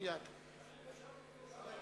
מתכבד